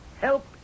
Help